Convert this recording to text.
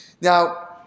Now